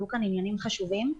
עלו כאן עניינים חשובים.